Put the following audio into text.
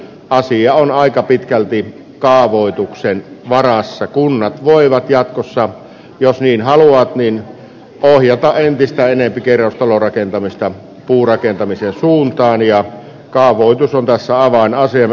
asia on aika pitkälti kaavoituksen varassa kunnat voivat jatkossa jos niin haluaa niin ohjata entistä enempi kerrostalorakentamista puurakentamisen suuntaan ja cawood on tässä on osin